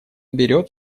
берет